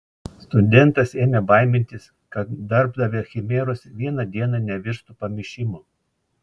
studentas ėmė baimintis kad darbdavio chimeros vieną dieną nevirstų pamišimu